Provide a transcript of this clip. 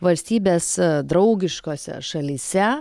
valstybės draugiškose šalyse